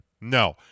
No